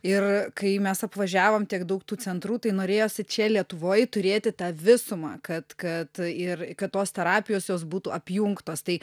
ir kai mes apvažiavom tiek daug tų centrų tai norėjosi čia lietuvoj turėti tą visumą kad kad ir kad tos terapijos jos būtų apjungtos tai